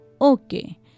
Okay